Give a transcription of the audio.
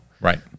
Right